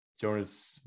Jonas